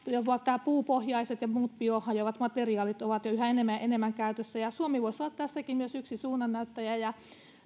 nämä puupohjaiset ja muut biohajoavat materiaalit ovat jo yhä enemmän ja enemmän käytössä suomi voisi olla tässäkin myös yksi suunnannäyttäjistä ja